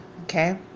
okay